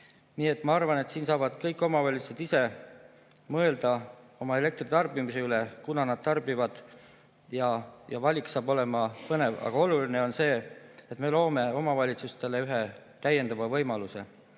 eest. Ma arvan, et kõik omavalitsused saavad ise mõelda oma elektritarbimise üle, et kunas nad tarbivad, ja valik saab olema põnev. Aga oluline on see, et me loome omavalitsustele ühe täiendava võimaluse.